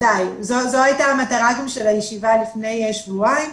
זו הייתה המטרה של הישיבה לפני שבועיים,